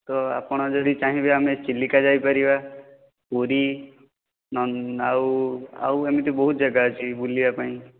ତ ଆପଣ ଯଦି ଚାହିଁବେ ଆମେ ଚିଲିକା ଯାଇପାରିବା ପୁରୀ ନନ ଆଉ ଆଉ ଏମିତି ବହୁତ ଜାଗା ଅଛି ବୁଲିବାପାଇଁ